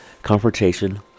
Confrontation